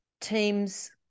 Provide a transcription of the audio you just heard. teams